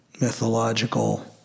mythological